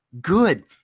Good